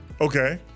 okay